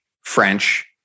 French